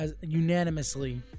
unanimously